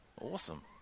Awesome